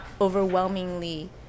overwhelmingly